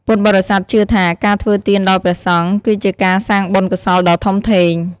ពុទ្ធបរិស័ទជឿថា ការធ្វើទានដល់ព្រះសង្ឃ គឺជាការសាងបុណ្យកុសលដ៏ធំធេង។